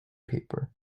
paper